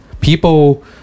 People